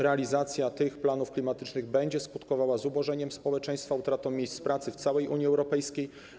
Realizacja tych planów klimatycznych będzie skutkowała zubożeniem społeczeństwa, utratą miejsc pracy w całej Unii Europejskiej.